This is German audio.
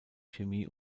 chemie